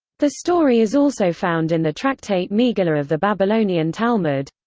the story is also found in the tractate megillah of the babylonian talmud